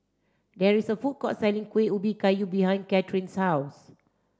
there is a food court selling Kuih Ubi Kayu behind Kathryn's house